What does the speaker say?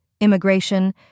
immigration